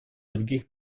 других